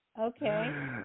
Okay